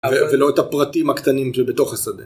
ולא את הפרטים הקטנים שבתוך השדה